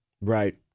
Right